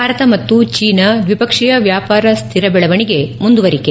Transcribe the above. ಭಾರತ ಮತ್ತು ಚೀನಾ ದ್ವೀಪಕ್ಷೀಯ ವ್ಯಾಪಾರ ಸ್ಲಿರ ಬೆಳವಣಿಗೆ ಮುಂದುವರಿಕೆ